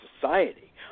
society